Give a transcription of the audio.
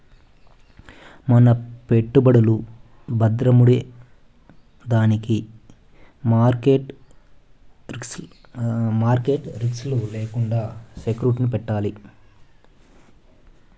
మన పెట్టుబడులు బద్రముండేదానికి మార్కెట్ రిస్క్ లు లేకండా సెక్యూరిటీలు పెట్టాలి